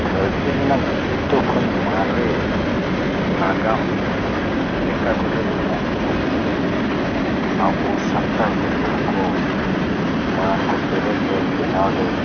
ᱫᱷᱟᱹᱨᱛᱤ ᱨᱮᱱᱟ ᱡᱷᱚᱛᱚ ᱠᱷᱚᱱ ᱢᱟᱨᱮ ᱱᱟᱜᱟᱢ ᱞᱮᱠᱟ ᱛᱮᱫᱚ ᱤᱧᱟᱹᱜ ᱢᱮᱱ ᱛᱮᱫᱚ ᱟᱵᱚ ᱥᱟᱱᱛᱟᱲ ᱠᱚ ᱡᱟᱦᱟᱸ ᱠᱚ ᱢᱟᱲᱟᱝ ᱠᱚ ᱵᱮᱨᱮᱫ ᱞᱮᱫ ᱵᱮᱱᱟᱣ ᱞᱮᱫ